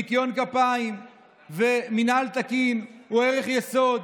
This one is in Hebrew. ניקיון כפיים ומינהל תקין הם ערך יסוד.